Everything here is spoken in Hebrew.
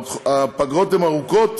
הפגרות ארוכות